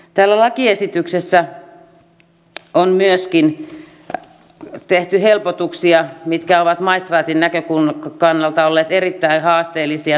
täällä lakiesityksessä on myöskin tehty helpotuksia jotka ovat maistraatin näkökannalta olleet erittäin haasteellisia